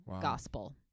gospel